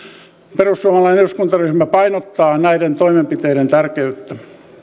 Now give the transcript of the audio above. perussuomalainen eduskuntaryhmä painottaa näiden toimenpiteiden tärkeyttä